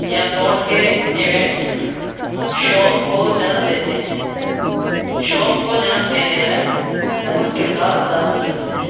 یا دوڑ کے ایوینٹس شوق کو جنم دیتے ہیں شوق کو جنم دینے میں اہم کردار ادا کر سکتے ہیں